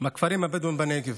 בכפרים הבדואיים בנגב.